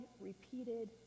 repeated